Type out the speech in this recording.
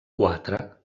quatre